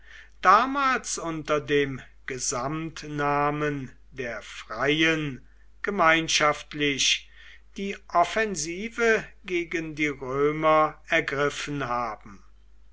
damals unter dem gesamtnamen der freien gemeinschaftlich die offensive gegen die römer ergriffen haben